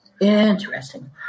Interesting